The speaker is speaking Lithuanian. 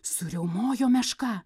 suriaumojo meška